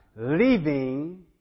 leaving